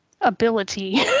ability